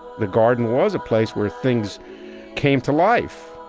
the garden was a place where things came to life.